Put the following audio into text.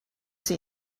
see